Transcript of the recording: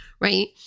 right